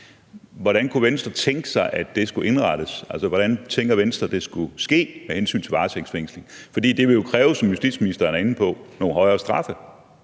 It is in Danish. Hvordan kunne Venstre tænke sig, at det skulle indrettes? Hvordan tænker Venstre, at det skulle ske med hensyn til varetægtsfængsling? For det ville jo kræve, som justitsministeren er inde på, nogle væsentlig højere straffe